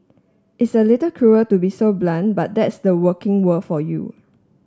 it's a little cruel to be so blunt but that's the working world for you